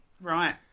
Right